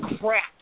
crap